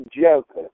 joker